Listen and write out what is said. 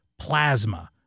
plasma